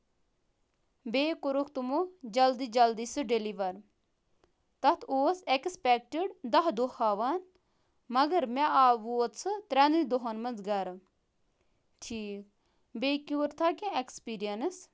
بیٚیہِ کوٚرُکھ تٔمَو جلدی جلدی سُہ ڈیِٚلِور تَتھ اوس اٮ۪کٕسپیکٹِڈ دہ دۄہ ہاوان مَگر مےٚ آو ووت سُہ تٛرینٕے دۄہَن منٛز گرٕ